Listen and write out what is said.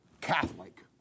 catholic